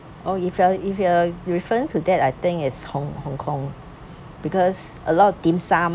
oh if you are if you are reference to that I think it's Hong-Kong because a lot of dim sum